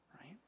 right